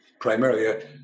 primarily